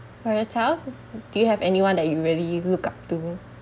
for yourself do you have anyone that you really look up to